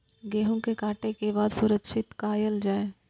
गेहूँ के काटे के बाद सुरक्षित कायल जाय?